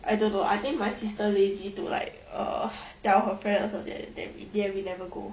I don't know I think my sister lazy to like uh tell her friend or something like that then we ya we never go